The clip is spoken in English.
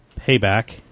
payback